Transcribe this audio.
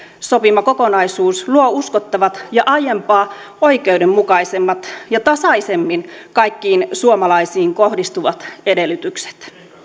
sopima kokonaisuus luo uskottavat ja aiempaa oikeudenmukaisemmat ja tasaisemmin kaikkiin suomalaisiin kohdistuvat edellytykset